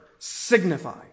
Signify